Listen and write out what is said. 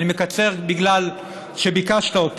אני מקצר בגלל שביקשת ממני.